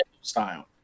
style